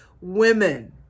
women